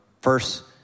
first